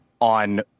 on